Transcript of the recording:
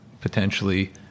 potentially